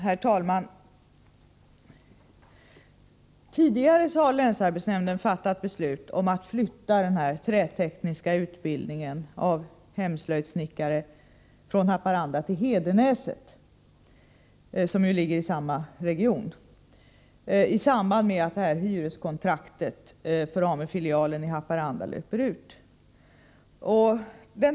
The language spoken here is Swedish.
Herr talman! Länsarbetsnämnden fattade tidigare beslut om att flytta den trätekniska utbildningen för hemslöjdssnickare från Haparanda till Hedenäset, som ligger i samma region, i samband med att hyreskontraktet för AMU-filialen i Haparanda löper ut.